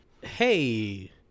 hey